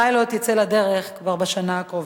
הפיילוט ייצא לדרך כבר בשנה הקרובה.